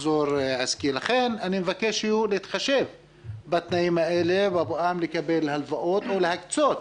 לכן אני מבקש להתחשב בתנאים האלה בבואם לקבל הלוואות או להקצות